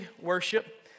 Worship